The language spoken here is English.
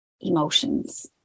emotions